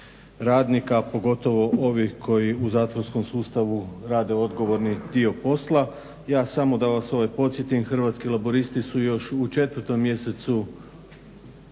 radnika pogotovo ovih koji u zatvorskom sustavu rade odgovorni dio posla. Ja samo da vas ovaj podsjetim, Hrvatski laburisti su još u četvrtom mjesecu